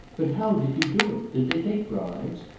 but how did you do it? did they take bribes?